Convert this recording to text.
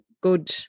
good